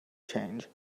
change